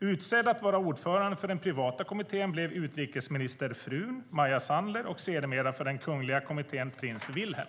"Utsedd att vara ordförande för den privata kommittén blev utrikesministerfrun Maja Sandler och sedermera för den Kungl. kommittén Prins Wilhelm.